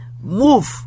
move